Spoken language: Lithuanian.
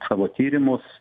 savo tyrimus